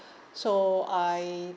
so I